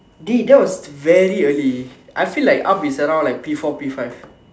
dey that was very early I feel like up is around P four P five